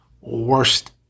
worst